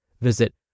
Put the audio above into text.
Visit